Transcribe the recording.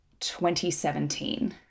2017